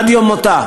עד יום מותה